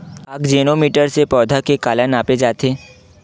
आकजेनो मीटर से पौधा के काला नापे जाथे?